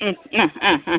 ഉം ആ ആ ആ